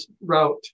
route